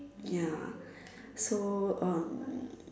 ya so um